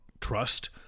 trust